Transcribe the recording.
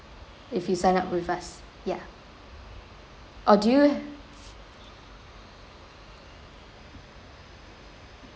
if you sign up with us ya oh do you